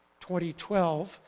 2012